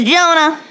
Jonah